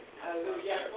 Hallelujah